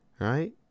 right